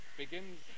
begins